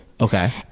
okay